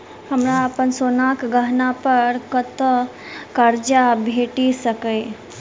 हमरा अप्पन सोनाक गहना पड़ कतऽ करजा भेटि सकैये?